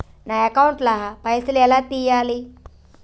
నా అకౌంట్ ల పైసల్ ఎలా తీయాలి?